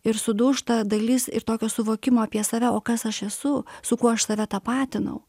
ir sudūžta dalis ir tokio suvokimo apie save o kas aš esu su kuo aš save tapatinau